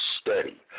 study